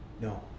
no